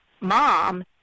mom